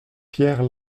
pierre